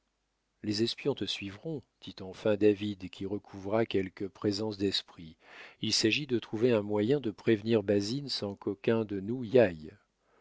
les espions te suivront dit enfin david qui recouvra quelque présence d'esprit il s'agit de trouver un moyen de prévenir basine sans qu'aucun de